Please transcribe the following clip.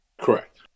Correct